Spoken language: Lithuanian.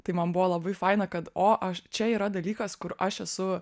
tai man buvo labai faina kad o aš čia yra dalykas kur aš esu